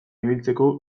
ibiltzeko